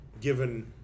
given